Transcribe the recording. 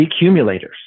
decumulators